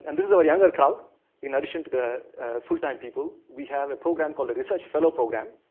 and this is our younger crowd in addition to the full-time people. we have a program called research fellow program